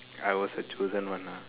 I was a chosen one ah